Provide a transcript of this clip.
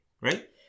right